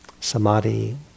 samadhi